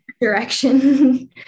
direction